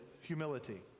humility